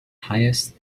highest